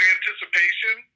anticipation